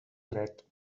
dret